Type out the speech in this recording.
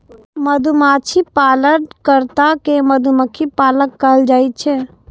मधुमाछी पालन कर्ता कें मधुमक्खी पालक कहल जाइ छै